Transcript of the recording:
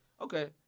okay